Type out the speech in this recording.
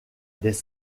des